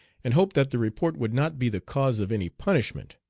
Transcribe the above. and hoped that the report would not be the cause of any punishment.